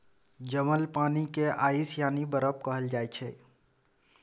जमल पानि केँ आइस यानी बरफ कहल जाइ छै